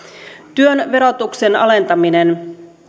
työn verotuksen alentaminen